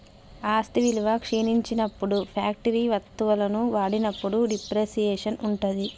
ఆస్తి విలువ క్షీణించినప్పుడు ఫ్యాక్టరీ వత్తువులను వాడినప్పుడు డిప్రిసియేషన్ ఉంటది